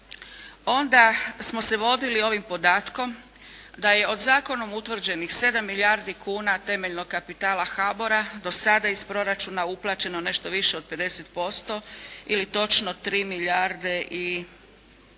onda smo se vodili ovim podatkom da je od zakonom utvrđenih 7 milijardi kuna temeljnog kapitala HBOR-a do sada iz proračuna uplaćeno nešto više od 50% ili točno 3 milijarde i